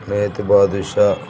Neti badusha